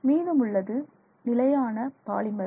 மீதமுள்ளது நிலையான பாலிமர்